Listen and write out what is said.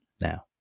now